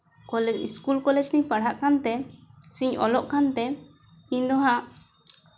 school college ᱨᱤᱧ ᱯᱟᱲᱦᱟᱜ ᱠᱟᱱ ᱛᱮ ᱥᱮᱧ ᱚᱞᱚᱜ ᱠᱟᱱᱛᱮ ᱤᱧ ᱫᱚ ᱦᱟᱸᱜ